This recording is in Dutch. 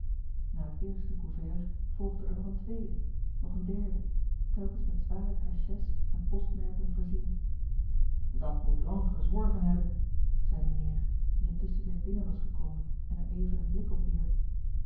na het eerste couvert volgde er nog een tweede nog een derde telkens met zware cachets en postmerken voorzien dat moet lang gezworven hebben zei mijnheer die intusschen weer binnen was gekomen en er even een blik op wierp